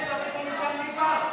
מדברים מדם ליבם.